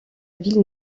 ville